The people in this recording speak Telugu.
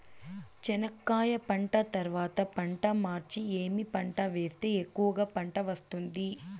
చెనక్కాయ పంట తర్వాత పంట మార్చి ఏమి పంట వేస్తే ఎక్కువగా పంట వస్తుంది?